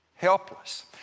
Helpless